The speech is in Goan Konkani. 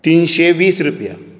तिनशें वीस रुपया